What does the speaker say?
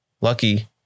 Lucky